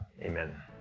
Amen